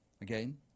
Again